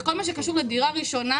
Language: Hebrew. בכל מה שקשור לדירה ראשונה,